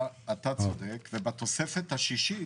אתה צודק, ובתוספת השישית